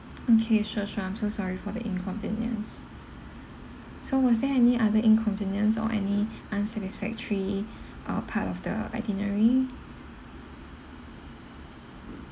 okay sure sure I'm so sorry for the inconvenience so was there any other inconvenience or any unsatisfactory uh part of the itinerary